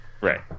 Right